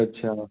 अच्छा